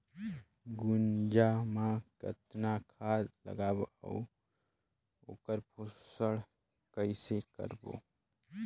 गुनजा मा कतना खाद लगाबो अउ आऊ ओकर पोषण कइसे करबो?